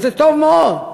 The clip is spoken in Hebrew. וזה טוב מאוד,